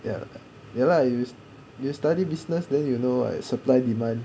ya ya lah you you study business then you know what supply demand